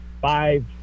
five